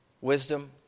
wisdom